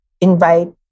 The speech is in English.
invite